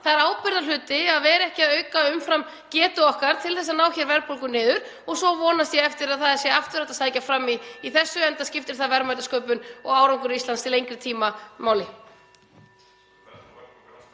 Það er ábyrgðarhluti að auka ekki umfram getu okkar til þess að ná verðbólgu niður og svo vonast ég til að aftur verði hægt að sækja fram í þessu, enda skiptir það verðmætasköpun og árangur Íslands til lengri tíma máli.